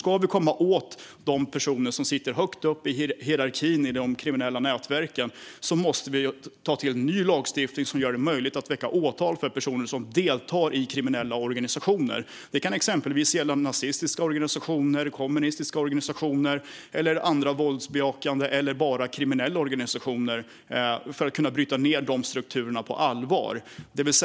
Ska vi komma åt de personer som sitter högt upp i hierarkin i de kriminella nätverken måste vi ta till ny lagstiftning som gör det möjligt att väcka åtal mot personer som deltar i kriminella organisationer. Det kan exempelvis gälla nazistiska organisationer, kommunistiska organisationer eller andra våldsbejakande - eller bara kriminella - organisationer. Det handlar om att på allvar kunna bryta ned dessa strukturer.